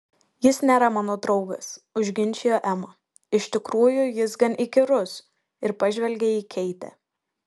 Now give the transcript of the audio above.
jis nėra mano draugas užginčijo ema iš tikrųjų jis gan įkyrus ir pažvelgė į keitę